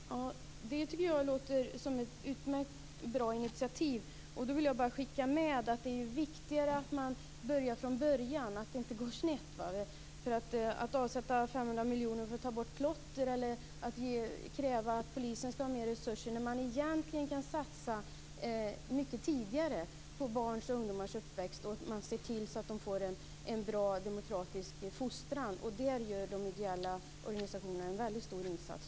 Fru talman! Jag tycker att det låter som ett utmärkt bra initiativ. Då vill jag bara skicka med att det är viktigt att man börjar från början så att det inte går snett. Att avsätta 500 miljoner för att ta bort klotter eller att kräva att polisen skall ha mer resurser känns fel, när man egentligen kan satsa mycket tidigare på barns och ungdomars uppväxt för att se till att de får en bra demokratisk fostran. Där gör de ideella organisationerna en väldigt stor insats.